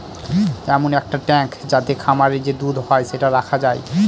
এমন এক ট্যাঙ্ক যাতে খামারে যে দুধ হয় সেটা রাখা যায়